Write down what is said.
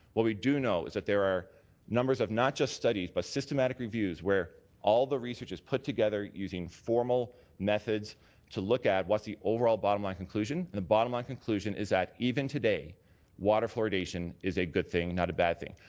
what we do know is there are numbers of not just studies but systematic reviews where all the research is put together using formal methods to look at what the overall bottom line conclusion. and the bottom line conclusion is even today water fluoridation is a good thing, not a bad thing.